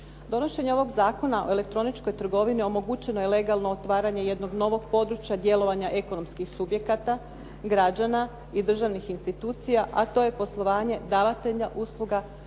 Donošenjem ovog Zakona o elektroničkoj trgovini omogućeno je legalno otvaranje jednog novog područja, djelovanja ekonomskih subjekata građana i državnih institucija a to je poslovanje davatelja usluga